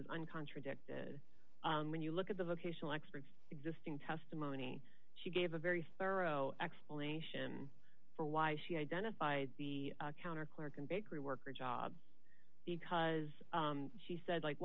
was an contradicted when you look at the vocational expert just in testimony she gave a very thorough explanation for why she identified the counter clerk and bakery worker jobs because she said like